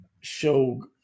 show